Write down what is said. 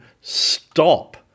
stop